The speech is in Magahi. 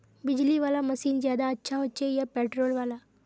बिजली वाला मशीन ज्यादा अच्छा होचे या पेट्रोल वाला?